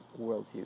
worldview